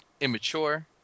immature